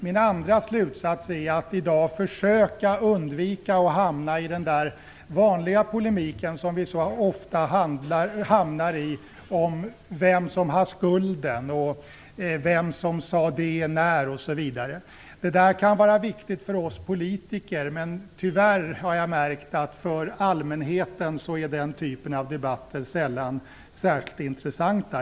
Min andra slutsats är att i dag försöka undvika att hamna i den vanliga polemiken som vi annars så ofta hamnar i, om vem som har skulden och om vem som sade vad och när osv. Den polemiken kan vara viktig för oss politiker, men tyvärr har jag märkt att för allmänheten är den typen av debatter sällan särskilt intressanta.